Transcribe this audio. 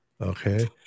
Okay